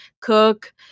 cook